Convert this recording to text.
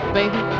Baby